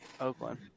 Oakland